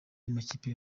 y’amakipe